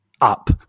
up